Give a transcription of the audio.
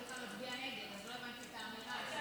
הצביעה נגד, אז לא הבנתי את האמירה.